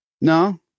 no